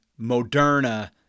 Moderna